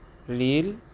neil